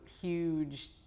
huge